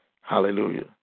Hallelujah